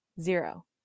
Zero